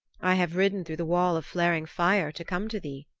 i have ridden through the wall of flaring fire to come to thee,